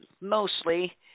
mostly